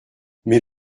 mais